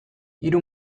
hiru